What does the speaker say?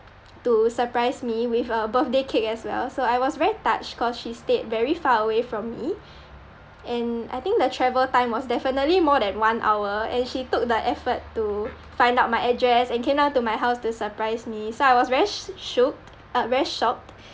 to surprise me with a birthday cake as well so I was very touched cause she stayed very far away from me and I think the travel time was definitely more than one hour and she took the effort to find out my address and came down to my house to surprise me so I was very sh~ shocked uh very shocked